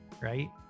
right